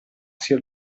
sia